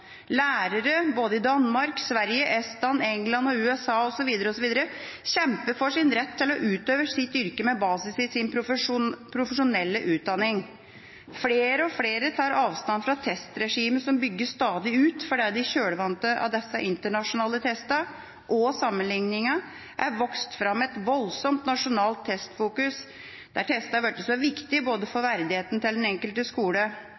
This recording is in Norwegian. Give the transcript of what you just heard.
Lærere både i Danmark, Sverige, Estland, England, USA osv. kjemper for sin rett til å utøve sitt yrke med basis i sin profesjonelle utdanning. Flere og flere tar avstand fra testregimet som bygges stadig ut fordi det i kjølvannet av disse internasjonale testene og sammenligningene er vokst fram et voldsomt nasjonalt testfokus, der testene er blitt så viktige for verdigheten til den enkelte både skole,